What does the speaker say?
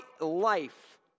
life